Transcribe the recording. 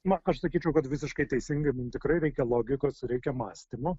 na aš sakyčiau kad visiškai teisingai mum tikrai reikia logikos reikia mąstymo